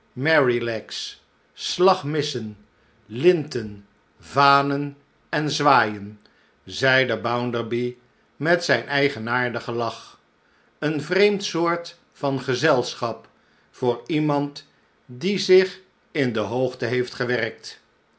merrylegs slag missen linten vanen en zwaaien zeide bounderby met zijn eigenaardigen lach een vreemd soort van gezelschap voor iemand die zich in de hoogte heeft gewerkt